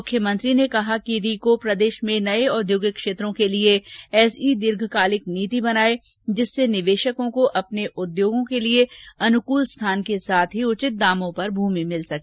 मुख्यमंत्री ने कहा कि रीको प्रदेश में नए औद्योगिक क्षेत्रों के लिए ऐसी दीर्घकालिक नीतिं बनाए जिससे र्निवेशकों को अपने उद्योगों के लिए अनुकल स्थान के साथ ही उचित दामों पर भूमि मिल सके